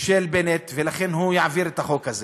של בנט, ולכן הוא יעביר את החוק הזה.